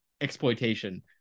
exploitation